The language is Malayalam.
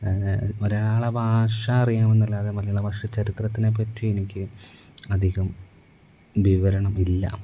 മലയാള ഭാഷ അറിയാമെന്നല്ലാതെ മലയാള ഭാഷയുടെ ചരിത്രത്തിനെപ്പറ്റി എനിക്ക് അധികം വിവരണമില്ല